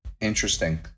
Interesting